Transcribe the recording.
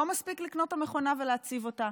לא מספיק לקנות את המכונה ולהציב אותה,